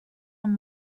amb